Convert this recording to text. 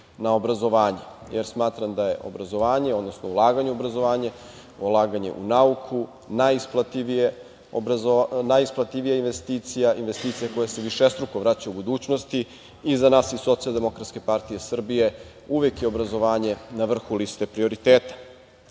na obrazovanje, jer smatram da je obrazovanje, odnosno ulaganje u obrazovanje, ulaganje u nauku najisplativija investicija, investicija koja se višestruko vraća u budućnosti i za nas iz Socijaldemokratske partije Srbije uvek je obrazovanje na vrhu liste prioriteta. Prema